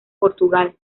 portugal